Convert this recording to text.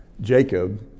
Jacob